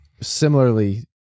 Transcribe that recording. similarly